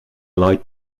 light